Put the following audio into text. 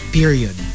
period